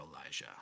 Elijah